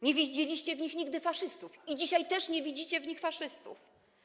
Nie widzieliście w nich nigdy faszystów i dzisiaj też nie widzicie w nich faszystów.